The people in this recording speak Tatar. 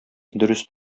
дөрес